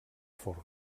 forn